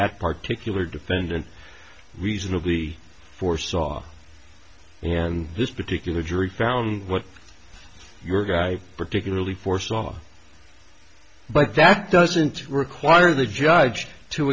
that particularly defendant reasonably foresaw and this particular jury found what your guy particularly foresaw but that doesn't require the judge to